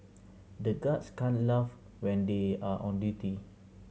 the guards can't laugh when they are on duty